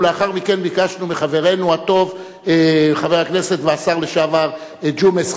ולאחר מכן ביקשנו מחברנו הטוב חבר הכנסת והשר לשעבר ג'ומס,